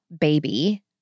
baby